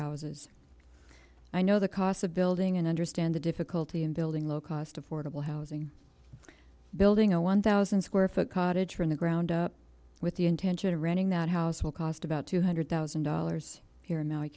houses i know the cost of building and understand the difficulty in building low cost affordable housing building a one thousand square foot cottage from the ground up with the intention of running that house will cost about two hundred thousand dollars here in